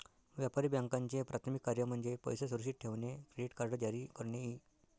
व्यापारी बँकांचे प्राथमिक कार्य म्हणजे पैसे सुरक्षित ठेवणे, क्रेडिट कार्ड जारी करणे इ